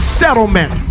settlement